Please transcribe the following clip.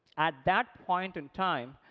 at that point in time,